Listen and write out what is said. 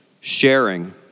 Sharing